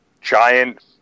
Giant